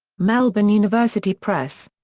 melbourne university press.